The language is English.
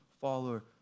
follower